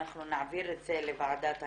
אנחנו נעביר את זה לוועדת הכנסת,